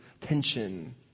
tension